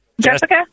Jessica